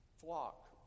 flock